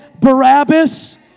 Barabbas